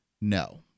no